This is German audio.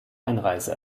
einreise